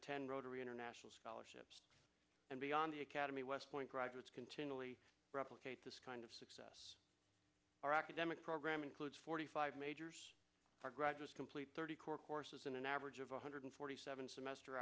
ten rotary international scholarships and beyond the academy west point graduates continually replicate this kind of success our academic program includes forty five majors graduates complete thirty core courses in an average of one hundred forty seven semester